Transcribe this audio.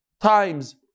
times